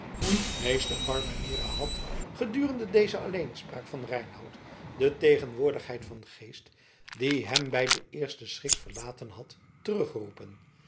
meester barbanera had gedurende deze alleenspraak van reinout de tegenwoordigheid van geest die hem bij den eersten schrik verlaten had